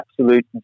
absolute